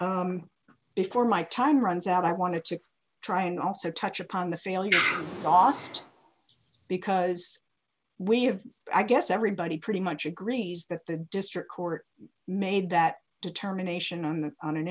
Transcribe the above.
before my time runs out i wanted to try and also touch upon the failure last because we have i guess everybody pretty much agrees that the district court made that determination on the on an